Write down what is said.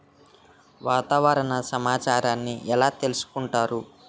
వాతావరణ సమాచారాన్ని ఎలా తెలుసుకుంటారు?